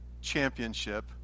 Championship